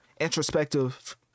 introspective